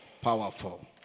Powerful